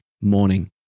morning